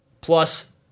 plus